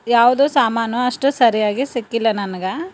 ಯಾವುದು ಸಾಮಾನು ಅಷ್ಟು ಸರಿಯಾಗಿ ಸಿಕ್ಕಿಲ್ಲ ನನ್ಗೆ